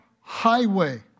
highway